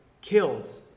killed